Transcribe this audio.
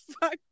fuck